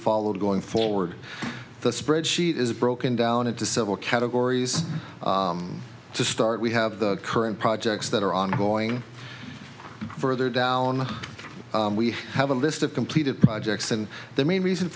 followed going forward the spreadsheet is broken down into several categories to start we have the current projects that are ongoing further down we have a list of completed projects and the main reason